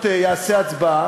חבר הכנסת דני עטר.